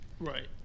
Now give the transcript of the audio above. Right